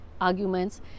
arguments